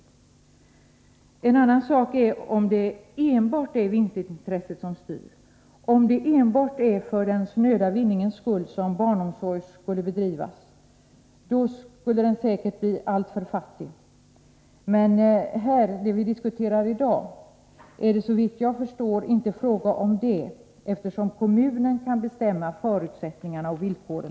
Det är en annan sak om det är enbart vinstintresset som styr, om det är enbart för den snöda vinningens skull som barnomsorgen bedrivs — då skulle den säkert bli alltför fattig. Men när det gäller det vi diskuterar i dag är detta, såvitt jag förstår, inte fråga om det, eftersom kommunen kan bestämma förutsättningarna och villkoren.